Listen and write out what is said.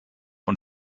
und